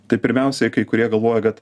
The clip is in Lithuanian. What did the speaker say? tai pirmiausiai kai kurie galvoja kad